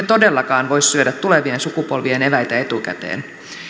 todellakaan voi syödä tulevien sukupolvien eväitä etukäteen